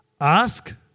ask